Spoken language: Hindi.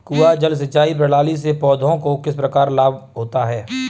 कुआँ जल सिंचाई प्रणाली से पौधों को किस प्रकार लाभ होता है?